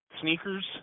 Sneakers